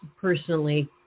personally